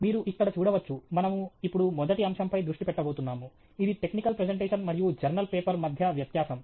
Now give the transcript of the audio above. మీరు ఇక్కడ చూడవచ్చు మనము ఇప్పుడు మొదటి అంశం పై దృష్టి పెట్టబోతున్నాము ఇది టెక్నికల్ ప్రెజెంటేషన్ మరియు జర్నల్ పేపర్ మధ్య వ్యత్యాసం